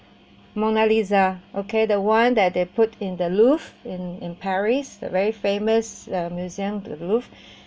mona lisa okay the one that they put in the louvre in in paris the very famous uh museum the louvre